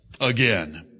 again